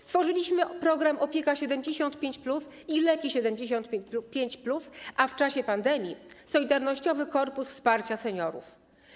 Stworzyliśmy program ˝Opieka 75+˝ i ˝Leki 75+˝, a w czasie pandemii - ˝Solidarnościowy korpus wsparcia seniorów˝